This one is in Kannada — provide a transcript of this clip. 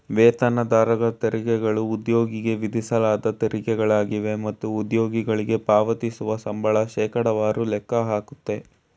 ವೇತನದಾರರ ತೆರಿಗೆಗಳು ಉದ್ಯೋಗಿಗೆ ವಿಧಿಸಲಾದ ತೆರಿಗೆಗಳಾಗಿವೆ ಮತ್ತು ಉದ್ಯೋಗಿಗಳ್ಗೆ ಪಾವತಿಸುವ ಸಂಬಳ ಶೇಕಡವಾರು ಲೆಕ್ಕ ಹಾಕುತ್ತೆ